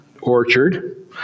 orchard